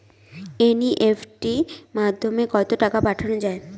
NEFT মাধ্যমে কত টাকা পাঠানো যায়?